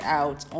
out